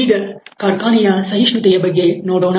ಈಗ ಕಾರ್ಖಾನೆಯ ಸಹಿಷ್ಣುತೆಯ ಬಗ್ಗೆ ನೋಡೋಣ